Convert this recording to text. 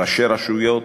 ראשי רשויות,